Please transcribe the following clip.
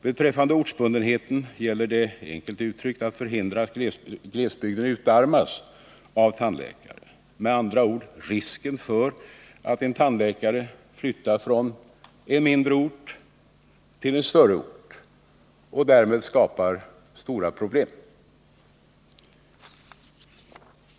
Beträffande ortsbundenheten gäller det enkelt uttryckt att förhindra att glesbygden utarmas på tandläkare, med andra ord att eliminera risken för att en tandläkare flyttar från en mindre ort till en större ort, varigenom stora problem kan skapas.